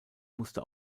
musste